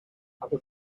other